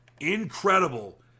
Incredible